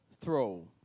throw